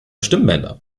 stimmbänder